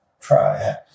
try